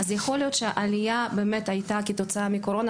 יכול להיות שהעלייה הייתה כתוצאה מהקורונה,